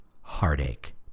heartache